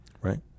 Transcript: Right